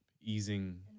easing